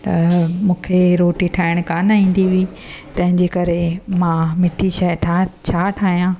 त मूंखे रोटी ठाहिणु कानि ईंदी हुई तंहिंजे करे मां मिठी शइ था छा ठाहियां